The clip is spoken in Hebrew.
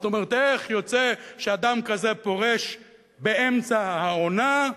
זאת אומרת, איך יוצא שאדם כזה פורש באמצע העונה?